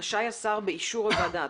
רשאי השר באישור הוועדה.